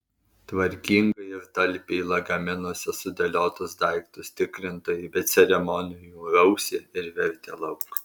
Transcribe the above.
tvarkingai ir talpiai lagaminuose sudėliotus daiktus tikrintojai be ceremonijų rausė ir vertė lauk